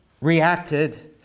reacted